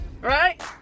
right